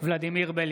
ולדימיר בליאק,